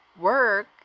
work